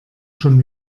schon